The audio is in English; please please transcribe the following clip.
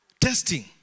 testing